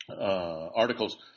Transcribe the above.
Articles